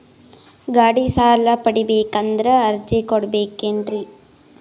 ಗಾಡಿ ಸಾಲ ಪಡಿಬೇಕಂದರ ಅರ್ಜಿ ಕೊಡಬೇಕೆನ್ರಿ?